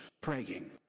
praying